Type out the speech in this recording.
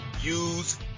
use